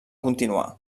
continuar